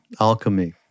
alchemy